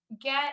get